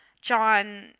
John